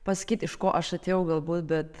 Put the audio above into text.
pasakyt iš ko aš atėjau galbūt bet